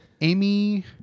Amy